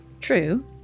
True